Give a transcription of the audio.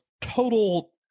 total